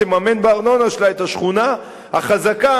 תממן בארנונה שלה את השכונה החזקה,